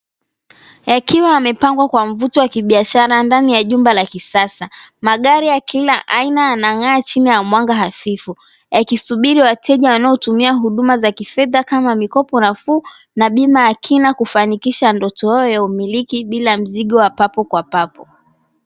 Yakiwayamepangwa kwa mvuto wa kibiashara ndani ya jumba la kisasa, magari ya kila aina yanang'aa chini ya mwanga hafifu yakisubiri wateja wanaotumia huduma za kifedha kama mikopo nafuu na bima ya kina kufanikisha ndoto yao ya umiliki bila mzigo wa papo kwa papo.